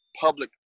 public